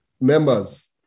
Members